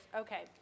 Okay